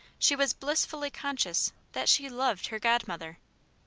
she was blissfully conscious that she loved her godmother.